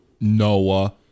Noah